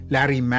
Larry